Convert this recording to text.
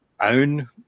own